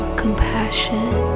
compassion